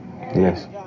Yes